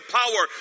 power